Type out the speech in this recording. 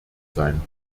sein